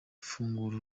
fungura